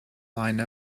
line